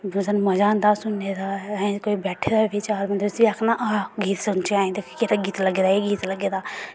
ते बड़ा मज़ा आंदा हा सुनने ई कोई बैठे दे होंदे हा ना चार बंदे की आं केह्ड़ा गीत लग्गे दा ओह्का गीत लग्गे दा